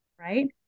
right